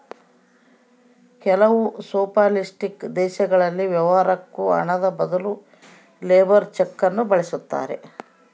ಕೆಲವು ಸೊಷಲಿಸ್ಟಿಕ್ ದೇಶಗಳಲ್ಲಿ ವ್ಯವಹಾರುಕ್ಕ ಹಣದ ಬದಲು ಲೇಬರ್ ಚೆಕ್ ನ್ನು ಬಳಸ್ತಾರೆ